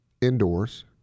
indoors